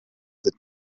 sind